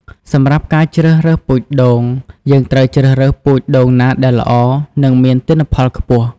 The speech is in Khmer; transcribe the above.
សម្រាប់ការជ្រើសរើសពូជដូង យើងត្រូវជ្រើសរើសពូជដូងណាដែលល្អ និងមានទិន្នផលខ្ពស់។